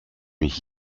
mich